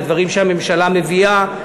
בדברים שהממשלה מביאה,